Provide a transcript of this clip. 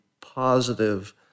positive